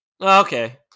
Okay